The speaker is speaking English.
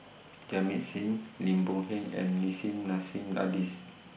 Jamit Singh Lim Boon Heng and Nissim Nassim Adis